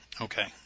Okay